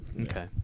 Okay